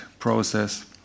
process